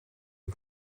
een